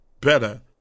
better